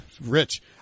Rich